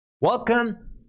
Welcome